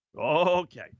Okay